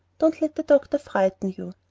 don't let the doctor frighten you.